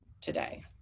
today